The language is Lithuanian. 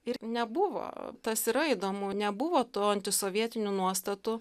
ir nebuvo tas yra įdomu nebuvo tų antisovietinių nuostatų